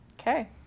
Okay